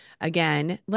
again